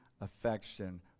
affection